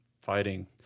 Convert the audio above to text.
fighting